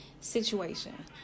situation